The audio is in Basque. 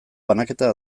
banaketa